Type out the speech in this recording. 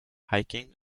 hiking